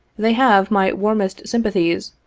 they have my warmest sympathies,